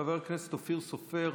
חבר הכנסת אופיר סופר,